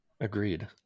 Agreed